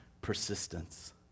persistence